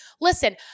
Listen